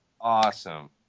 Awesome